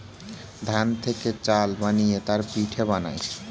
ধান থেকে চাল বানিয়ে তার পিঠে বানায়